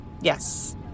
Yes